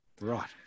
Right